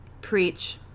Preach